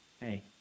Hey